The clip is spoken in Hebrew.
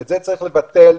את זה צריך לבטל.